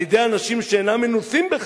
"על-ידי אנשים שאינם מנוסים בכך,